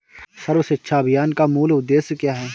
सर्व शिक्षा अभियान का मूल उद्देश्य क्या है?